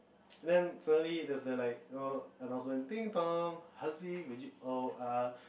then suddenly there's the like announcement ding dong Hazim would you oh uh